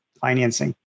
financing